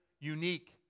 unique